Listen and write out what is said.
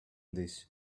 this